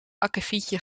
akkefietje